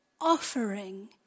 offering